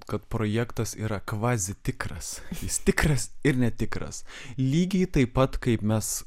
kad projektas yra kvazi tikras jis tikras ir netikras lygiai taip pat kaip mes